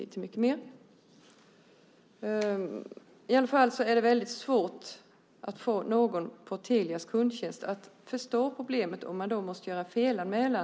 Det är väldigt svårt att få någon på Telias kundtjänst att förstå problemet om man måste göra felanmälan.